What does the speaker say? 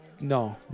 No